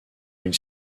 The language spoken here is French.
une